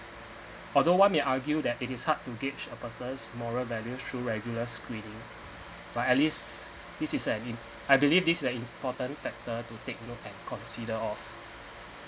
although one may argue that it is hard to gauge a person moral values through regular screening by at least this an in~ I believe this important factor to take note and consider of